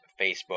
Facebook